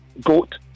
Goat